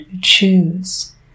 choose